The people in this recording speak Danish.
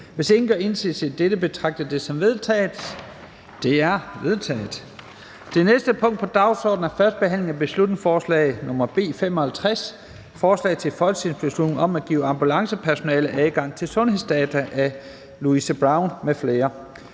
Hvis ingen gør indsigelse mod dette, betragter jeg det som vedtaget. Det er vedtaget. --- Det næste punkt på dagsordenen er: 7) 1. behandling af beslutningsforslag nr. B 55: Forslag til folketingsbeslutning om at give ambulancepersonale adgang til sundhedsdata. Af Louise Brown (LA) m.fl.